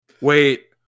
Wait